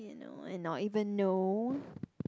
and not even know